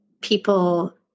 people